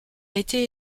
été